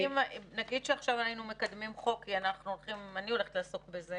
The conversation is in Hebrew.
נגיד שעכשיו היינו מקדמים חוק אני הולכת לעסוק בזה